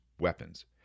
weapons